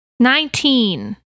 Nineteen